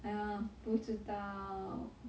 哎呀不知道